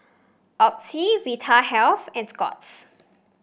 Oxy Vitahealth and Scott's